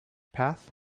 path